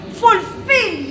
fulfill